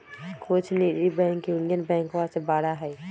कुछ निजी bank union बैंकवा से बड़ा हई